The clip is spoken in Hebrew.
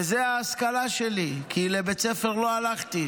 וזה ההשכלה שלי, כי לבית ספר לא הלכתי.